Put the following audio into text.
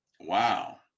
Wow